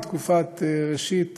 מתקופת ראשית